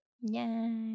Yay